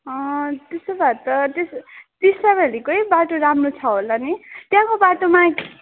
त्यसो भए त टि टिस्टाभेल्लीकै बाटो राम्रो छ होला नि त्यहाँको बाटोमा